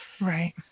right